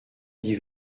dit